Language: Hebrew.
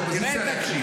אני אשמע אותך.